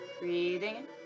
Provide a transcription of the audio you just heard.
Breathing